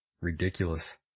ridiculous